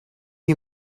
you